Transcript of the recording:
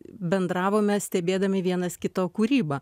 bendravome stebėdami vienas kito kūrybą